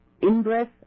in-breath